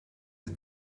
the